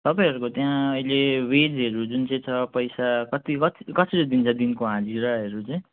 तपाईँहरूको त्यहाँ अहिले वेजहरू जुन चाहिँ छ पैसा कति कति कसरी दिन्छ दिनको हाजिराहरू चाहिँ